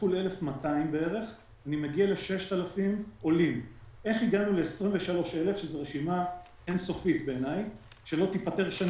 כפול 1,200 יוצא 6,000. אני לא יודע איך הגיעו לרשימה של 23,000 אנשים.